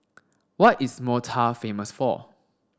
what is Malta famous for